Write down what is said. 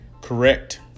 correct